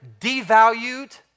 devalued